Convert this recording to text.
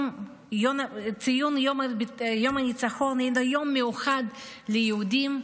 ציון יום הניצחון הוא יום מיוחד ליהודים,